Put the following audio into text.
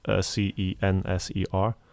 C-E-N-S-E-R